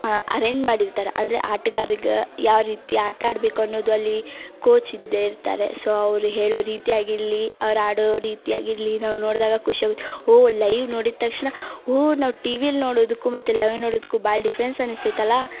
arrange ಮಾಡಿರ್ತಾರೆ ಅಂದರೆ ಆಟಗಾರ್ರಿಗೆ ಯಾವ ರೀತಿ ಆಟ ಆಡ್ಬೇಕು ಅನ್ನೋದು ಅಲ್ಲಿ ಕೋಚ್ ಇದ್ದೇ ಇರ್ತಾರೆ ಸೋ ಅವರು ಹೇಳೋ ರೀತಿ ಆಗಿರಲಿ ಅವ್ರು ಆಡೋ ರೀತಿ ಆಗಿರಲಿ ನಾವು ನೋಡಿದಾಗ ಖುಷಿ ಆಗುತ್ತೆ ಓ ಲೈವ್ ನೋಡಿದ ತಕ್ಷಣ ಓ ನಾವು ಟಿ ವಿಲಿ ನೋಡುದಕ್ಕೂ ಮತ್ತು ಲೈವ್ ನೋಡೋದಕ್ಕೂ ಭಾಳ ಡಿಫ್ರೆನ್ಸ್ ಅನಿಸ್ತೈತಲ್ಲ